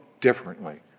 differently